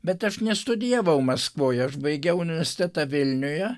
bet aš nestudijavau maskvoj aš baigiau universitetą vilniuje